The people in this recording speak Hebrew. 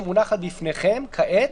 שמונחת בפניכם כעת,